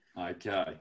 Okay